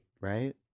right